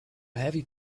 heavy